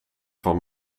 van